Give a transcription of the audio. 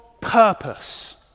purpose